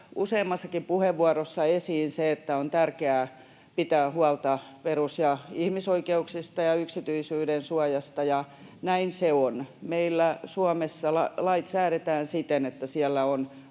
useammassakin puheenvuorossa esiin se, että on tärkeää pitää huolta perus- ja ihmisoikeuksista ja yksityisyydensuojasta, ja näin se on. Meillä Suomessa lait säädetään siten, että siellä on